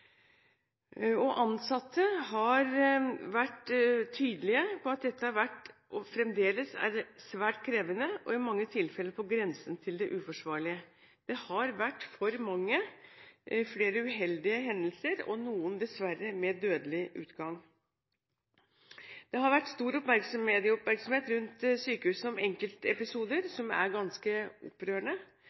pårørende. Ansatte har vært tydelige på at dette har vært – og fremdeles er – svært krevende og i mange tilfeller på grensen til det uforsvarlige. Det har vært for mange uheldige hendelser, noen dessverre med dødelig utgang. Det har vært stor medieoppmerksomhet rundt sykehusene om enkeltepisoder som er ganske opprørende.